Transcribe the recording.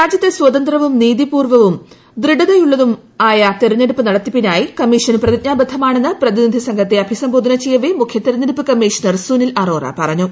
രാജ്യത്ത് സിത്യന്ത്രവും നീതിപൂർവ്വവും ദൃഢതയുമുളള തെരഞ്ഞെടുപ്പ് നടത്തിപ്പിനായി കമ്മീഷൻ പ്രതിജ്ഞാബദ്ധമാണെന്ന് പ്രതിന്റിധിപ്പസ്ംഘത്തെ അഭിസംബോധന ചെയ്യവേ മുഖ്യ തെരഞ്ഞെടുപ്പ് ക്രമ്മീഷണർ സുനിൽ അറോറ പറഞ്ഞു